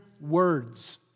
words